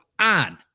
on